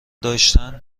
داشتن